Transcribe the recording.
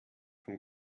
vom